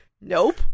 nope